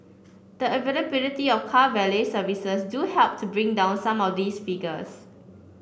the availability of car valet services do help to bring down some of these figures